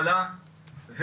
במחלה,